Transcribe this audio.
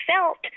felt